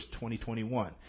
2021